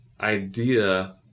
idea